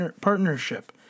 partnership